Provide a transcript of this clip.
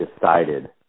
decided